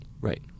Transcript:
Right